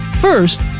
First